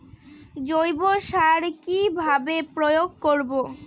জৈব সার কি ভাবে প্রয়োগ করব?